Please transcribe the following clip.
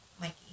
Mikey